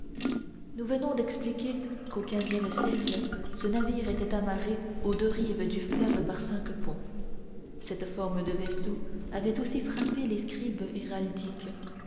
nous venons d'expliquer qu'au quinzième siècle ce navire était amarré aux deux rives du fleuve par cinq ponts cette forme de vaisseau avait aussi frappé les scribes héraldiques